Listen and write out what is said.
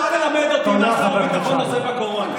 אל תלמד אותי מה שר הביטחון עושה בקורונה.